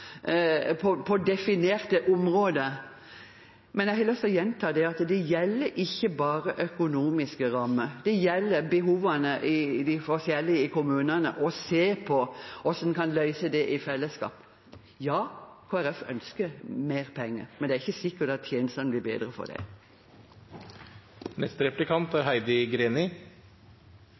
framover på definerte områder. Jeg har lyst til å gjenta at dette ikke bare gjelder økonomiske rammer, det gjelder behovene i de forskjellig kommunene – å se på hva som kan løses i fellesskap. Kristelig Folkeparti ønsker mer penger, men det er ikke sikkert at tjenestene blir bedre av det. Representanten var i innlegget sitt innom tilskudd til klinisk veterinærvakt utenom ordinær arbeidstid. Den innlemmingen er